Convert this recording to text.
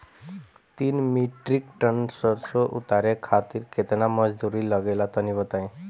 तीन metric ton सरसो उतारे खातिर केतना मजदूरी लगे ला तनि बताई?